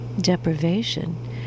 deprivation